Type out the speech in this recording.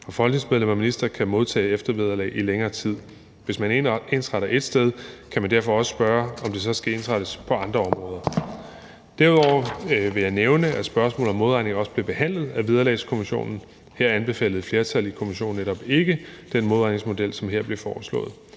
folketingsmedlemmer og ministre kan modtage eftervederlag i længere tid. Hvis man ensretter et sted, kan man derfor også spørge, om der skal ensrettes på andre områder. Derudover vil jeg nævne, at spørgsmålet om modregning også blev behandlet af Vederlagskommissionen. Her anbefalede et flertal i kommissionen netop ikke den modregningsmodel, som her bliver foreslået.